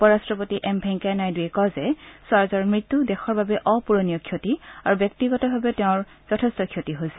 উপ ৰাষ্টপতি এম ভেংকায়া নাইডুৱে কয় যে স্বৰাজৰ মৃত্যু দেশৰ বাবে অপুৰণীয় ক্ষতি আৰু ব্যক্তিগতভাৱেও তেওঁৰ যথেষ্ট ক্ষতি হৈছে